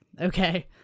okay